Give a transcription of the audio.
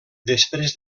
després